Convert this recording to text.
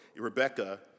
Rebecca